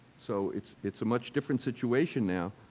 so it's it's a much different situation now,